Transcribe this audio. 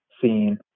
scene